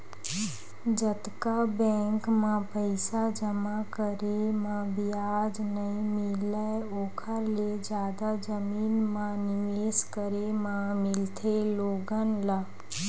जतका बेंक म पइसा जमा करे म बियाज नइ मिलय ओखर ले जादा जमीन म निवेस करे म मिलथे लोगन ल